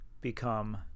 become